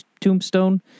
Tombstone